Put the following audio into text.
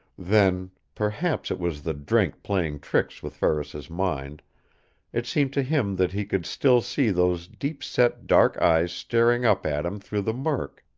then perhaps it was the drink playing tricks with ferris's mind it seemed to him that he could still see those deep-set dark eyes staring up at him through the murk,